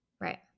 right